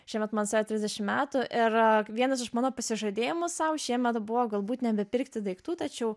šiemet man suėjo trisdešim metų ir vienas iš mano pasižadėjimų sau šiemet buvo galbūt nebepirkti daiktų tačiau